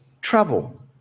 trouble